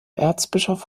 erzbischof